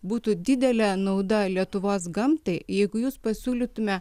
būtų didelė nauda lietuvos gamtai jeigu jūs pasiūlytume